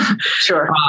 Sure